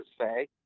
say